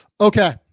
Okay